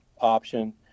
option